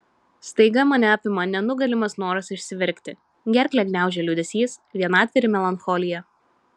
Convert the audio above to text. staiga mane apima nenugalimas noras išsiverkti gerklę gniaužia liūdesys vienatvė ir melancholija